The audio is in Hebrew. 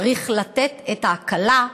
צריך לתת את ההקלה,